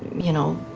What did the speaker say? you know,